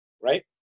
right